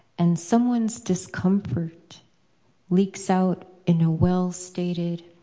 and someone's discomfort leaks out in a well-stated,